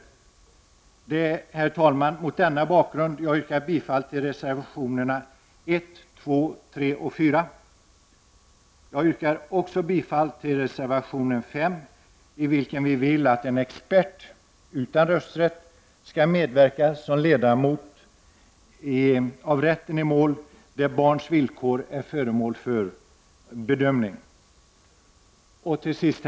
Herr talman! Mot bakgrund av detta yrkar jag bifall till reservation 1, 2, 3 och 4. Jag yrkar också bifall till reservation 5, i vilken vi vill att en expert utan rösträtt skall medverka som ledamot av rätten i mål där barns villkor är föremål för bedömning. Herr talman!